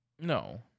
No